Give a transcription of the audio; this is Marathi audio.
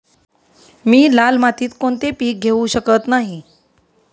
मी लाल मातीत कोणते पीक घेवू शकत नाही?